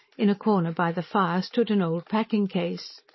in a corner by the fire stood an old packing-case.